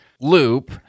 loop